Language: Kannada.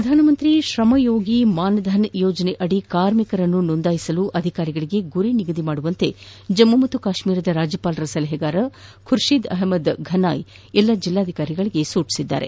ಪ್ರಧಾನಮಂತ್ರಿ ಶ್ರಮ ಯೋಗಿ ಮಾನ್ಧನ್ ಯೋಜನೆಯದಿ ಕಾರ್ಮಿಕರನ್ನು ನೋಂದಾಯಿಸಲು ಅಧಿಕಾರಿಗಳಿಗೆ ಗುರಿ ನಿಗದಿಪಡಿಸುವಂತೆ ಜಮ್ಮು ಮತ್ತು ಕಾಶ್ಮೀರದ ರಾಜ್ಯಪಾಲರ ಸಲಹೆಗಾರ ಖುರ್ಷಿದ್ ಅಹ್ಮದ್ ಘನಾಯ್ ಎಲ್ಲ ಜಿಲ್ಲಾಧಿಕಾರಿಗಳಿಗೆ ಸೂಚನೆ ನೀಡಿದ್ದಾರೆ